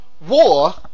War